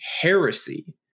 heresy